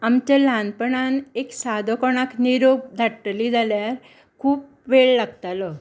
आमच्या ल्हानपणांत एक सादो कोणाक निरोप धाडटलीं जाल्यार खूब वेळ लागतालो